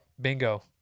Bingo